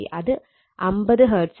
അത് 50 ഹെർട്സാണ്